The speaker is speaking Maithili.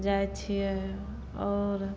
जाय छियै आओर